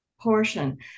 portion